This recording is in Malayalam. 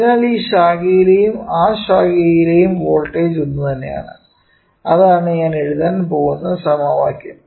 അതിനാൽ ഈ ശാഖയിലെയും ആ ശാഖയിലെയും വോൾട്ടേജ് ഒന്നുതന്നെയാണ് അതാണ് ഞാൻ എഴുതാൻ പോകുന്ന സമവാക്യം